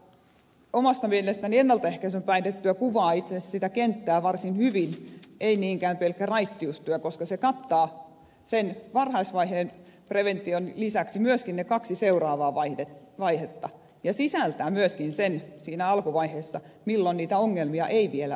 ja omasta mielestäni ennalta ehkäisevä päihdetyö kuvaa itse asiassa sitä kenttää varsin hyvin ei niinkään pelkkä raittiustyö koska se kattaa sen varhaisvaiheen prevention lisäksi myöskin ne kaksi seuraavaa vaihetta ja sisältää myöskin sen siinä alkuvaiheessa milloin niitä ongelmia ei vielä ole